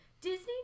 Disney